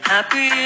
Happy